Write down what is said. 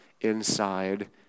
inside